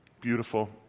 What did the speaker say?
Beautiful